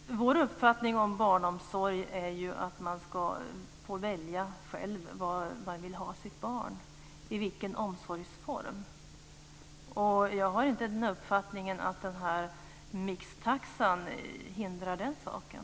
Herr talman! Vår uppfattning om barnomsorg är ju att man ska få välja själv i vilken omsorgsform man vill ha sitt barn. Jag kan inte se att mixtaxan hindrar den saken.